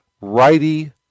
righty